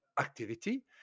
activity